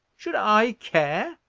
should i care?